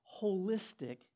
holistic